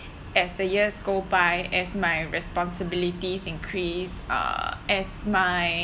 as the years go by as my responsibilities increase uh as my